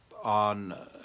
on